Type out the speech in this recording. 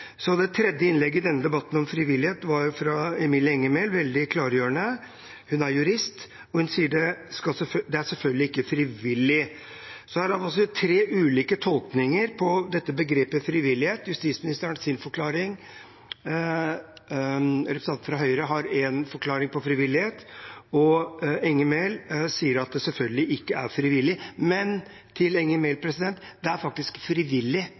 Det tredje innlegget i denne debatten om frivillighet, fra Emilie Enger Mehl, var veldig klargjørende. Hun er jurist, og hun sier at det selvfølgelig ikke er frivillig. Her har man altså tre ulike tolkninger av begrepet «frivillighet». Justisministeren har sin forklaring. Representanten fra Høyre har én forklaring. Og Enger Mehl sier at det selvfølgelig ikke er frivillig. Til Enger Mehl: Det er faktisk frivillig,